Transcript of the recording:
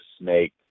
snake